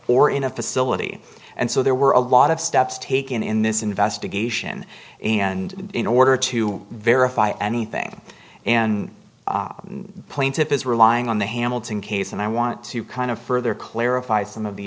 or in a facility and so there were a lot of steps taken in this investigation and in order to verify anything and the plaintiff is relying on the hamilton case and i want to kind of further clarify some of the